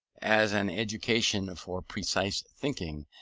as an education for precise thinking,